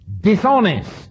dishonest